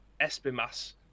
Espimas